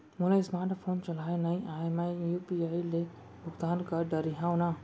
मोला smart phone चलाए नई आए मैं यू.पी.आई ले भुगतान कर डरिहंव न?